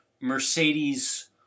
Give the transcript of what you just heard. Mercedes